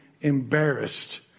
embarrassed